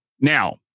Now